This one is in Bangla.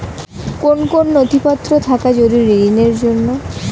কোন কোন নথিপত্র থাকা জরুরি ঋণের জন্য?